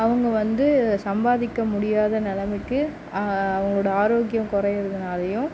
அவங்க வந்து சம்பாதிக்க முடியாத நிலமைக்கி அவங்களோட ஆரோக்கியம் குறையுறதுனாலயும்